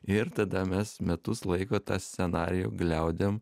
ir tada mes metus laiko tą scenarijų gliaudėm